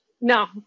no